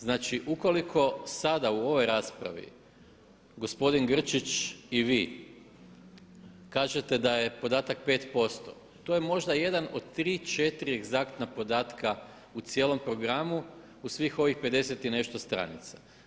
Znači, ukoliko sada u ovoj raspravi gospodin Grčić i vi kažete da je podatak 5% to je možda jedan od tri, četiri egzaktna podatka u cijelom programu u svih ovih 50 i nešto stranica.